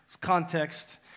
context